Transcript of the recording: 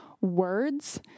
words